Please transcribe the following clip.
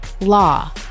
law